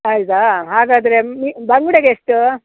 ಹೌದಾ ಹಾಗಾದರೆ ಮಿ ಬಂಗ್ಡೆಗೆ ಎಷ್ಟು